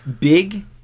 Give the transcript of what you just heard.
Big